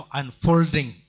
unfolding